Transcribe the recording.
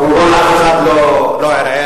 כמובן אף אחד לא ערער,